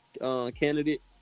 candidate